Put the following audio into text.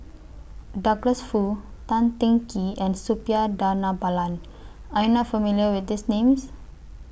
Douglas Foo Tan Teng Kee and Suppiah Dhanabalan Are YOU not familiar with These Names